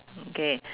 okay